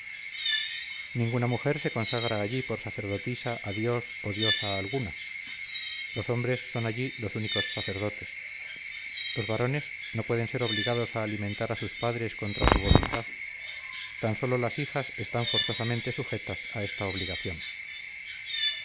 ninguna mujer se consagra allí por sacerdotisa a dios o diosa alguna los hombres son allí los únicos sacerdotes los varones no pueden ser obligados a alimentar a sus padres contra su voluntad tan solo las hijas están forzosamente sujetas a esta obligación